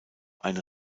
eine